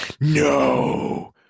no